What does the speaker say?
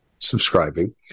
subscribing